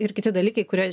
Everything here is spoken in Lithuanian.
ir kiti dalykai kurie